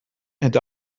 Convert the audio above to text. and